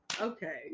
okay